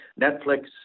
Netflix